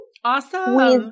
Awesome